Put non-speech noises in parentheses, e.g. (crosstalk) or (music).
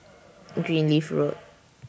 (noise) Greenleaf Road